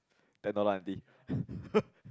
ten dollar aunty